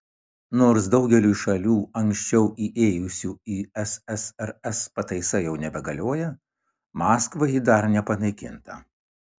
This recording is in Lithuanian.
nors daugeliui šalių anksčiau įėjusių į ssrs pataisa jau nebegalioja maskvai ji dar nepanaikinta